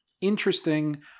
interesting